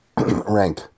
rank